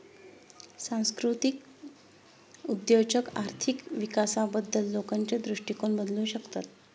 सांस्कृतिक उद्योजक आर्थिक विकासाबद्दल लोकांचे दृष्टिकोन बदलू शकतात